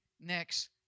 next